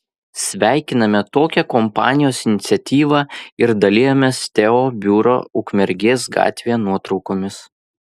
sveikiname tokią kompanijos iniciatyvą ir dalijamės teo biuro ukmergės gatvėje nuotraukomis